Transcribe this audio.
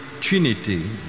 Trinity